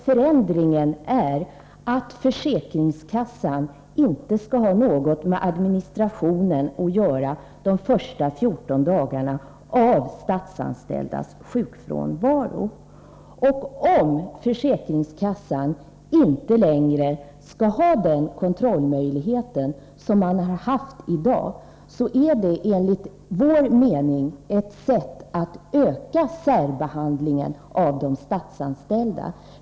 Förändringen är att försäkringskassan inte skall ha något med administrationen att göra de första 14 dagarna av statsanställdas sjukfrånvaro. Om försäkringskassan inte längre skall ha den kontrollmöjlighet som man har i dag, är det enligt vår mening ett sätt att öka särbehandlingen av de statsanställda.